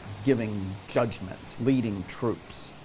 giving judgments, leading troops,